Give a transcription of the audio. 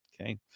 Okay